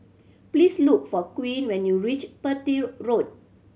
please look for Queen when you reach Petir Park